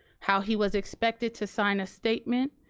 how he was expected to sign a statement.